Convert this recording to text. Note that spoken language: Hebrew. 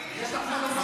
תגידי, יש לך מה לומר.